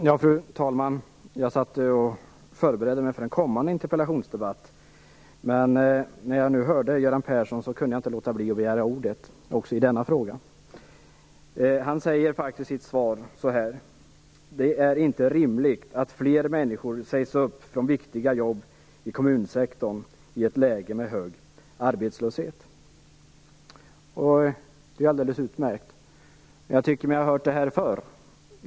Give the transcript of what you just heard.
Fru talman! Jag satt och förberedde mig inför en kommande interpellationsdebatt, men när jag nu hörde Göran Persson kunde jag inte låta bli att begära ordet också i denna fråga. Han säger faktiskt i sitt svar: "Det är inte heller rimligt att fler människor sägs upp från viktiga jobb i kommunsektorn i ett läge med hög arbetslöshet." Det är alldeles utmärkt. Men jag tycker mig ha hört detta förr.